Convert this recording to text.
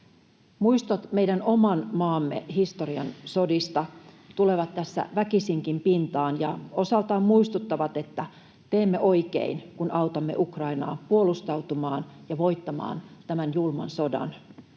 Muistot meidän oman maamme historian sodista tulevat tässä väkisinkin pintaan ja osaltaan muistuttavat, että teemme oikein, kun autamme Ukrainaa puolustautumaan ja voittamaan tämän julman sodan.